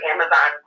Amazon